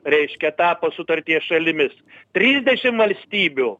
reiškia tapo sutarties šalimis trisdešim valstybių